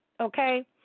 okay